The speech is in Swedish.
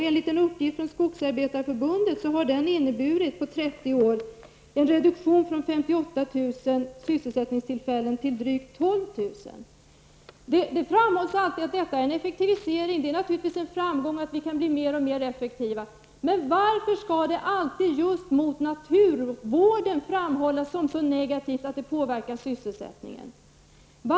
Enligt en uppgift från Skogsarbetareförbundet har mekaniseringen inneburit på trettio år en reduktion från 58 000 Det framhålls alltid att detta är en effektivisering, och det är naturligtvis en framgång att vi kan bli mer och mer effektiva. Men varför skall det alltid just mot naturvården framhållas att den påverkar sysselsättningen negativt?